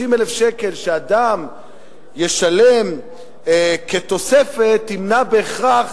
30,000 שקל בממוצע שאדם ישלם כתוספת ימנעו בהכרח